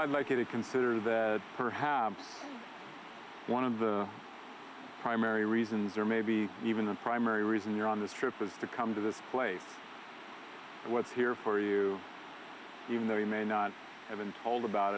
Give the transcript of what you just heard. i'd like you to consider that perhaps one of the primary reasons or maybe even the primary reason you're on this trip is to come to this place what's here for you even though you may not have been told about